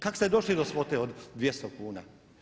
Kako ste došli do svote od 200 kuna?